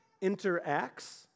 interacts